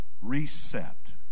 reset